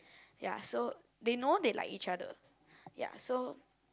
ya so they know they like each other ya so